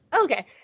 okay